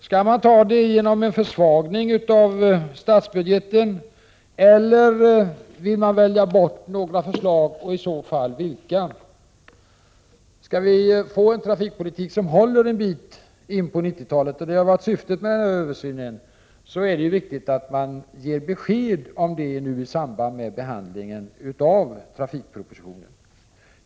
Skall man klara problemet genom en försvagning av statsbudgeten, eller vill man välja bort något och i så fall vad? Skall vi föra en trafikpolitik som håller en bit in på 90-talet, och det har varit syftet med översynen, är det viktigt att det ges besked vid behandlingen av trafikpropositionen.